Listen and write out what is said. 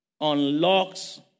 unlocks